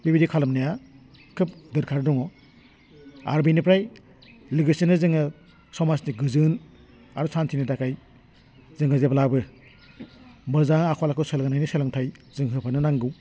बेबायदि खालामनाया खोब दोरखार दङ आरो बेनिफ्राय लोगोसेनो जोङो समाजनि गोजोन आरो सान्थिनि थाखाय जोङो जेब्लाबो मोजां आखल आखु सोलोंनायनि सोलोंथाइ जों होबोनो नांगौ